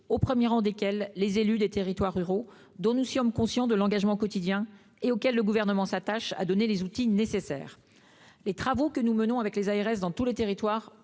au premier rang desquels les élus des territoires ruraux, dont nous ne sous-estimons pas l'engagement quotidien et auxquels le Gouvernement s'attache à donner les outils nécessaires. Les efforts que nous menons avec les ARS dans tous les territoires